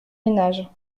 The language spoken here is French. ménages